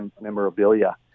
memorabilia